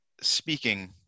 speaking